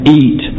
eat